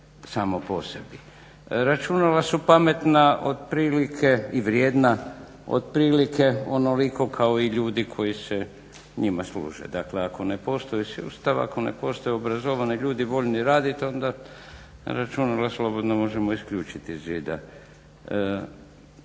samo po sebi. Računala su pametna otprilike i vrijedna otprilike onoliko kao i ljudi koji se njima služe. Dakle ako ne postoji sustav, ako ne postoje obrazovani ljudi voljni raditi onda računala slobodno možemo isključit iz zida.